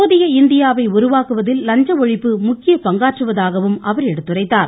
புதிய இந்தியாவை உருவாக்குவதில் லஞ்ச ஒழிப்பு முக்கிய பங்காற்றுவதாக அவர் எடுத்துரைத்தார்